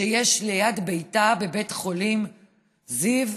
שיש ליד ביתה, בבית החולים זיו,